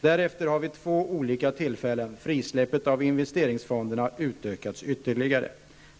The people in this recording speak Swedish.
Därefter har vid två olika tillfällen frisläppet av investeringsfonderna utökats ytterligare.